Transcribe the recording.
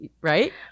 Right